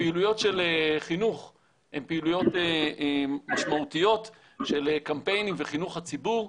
הפעילויות של חינוך הן פעילויות משמעותיות של קמפיינים וחינוך הציבור.